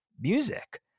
music